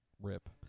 Rip